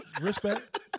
Respect